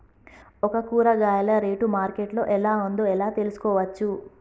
ఒక కూరగాయ rate market లో ఎలా ఉందో ఎలా తెలుసుకోవచ్చు?